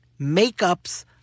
makeups